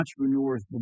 entrepreneurs